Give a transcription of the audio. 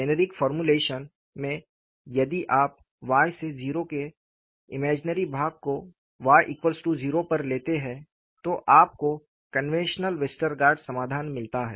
generic formulation में यदि आप Y से 0 के काल्पनिक भाग को y0 पर लेते हैं तो आपको कन्वेंशनल वेस्टरगार्ड समाधान मिलता है